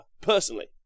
Personally